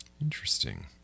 interesting